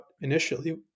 initially